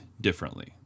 differently